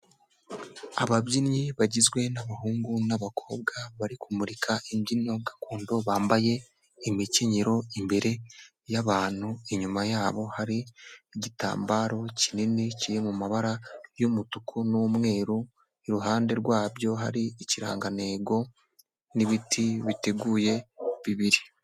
Ababyinnyi bagizwe n'abahungu n'abakobwa bari kumurika imbyino gakondo bambaye imikenyero imbere y'abantu, inyuma yabo hari igitambaro kinini kiri mu mabara y'umutuku n'umweru, iruhande rwabyo hari ikirangantego n'ibiti biteguye bibiri.